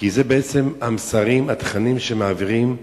כי אלה בעצם המסרים והתכנים שמעבירים,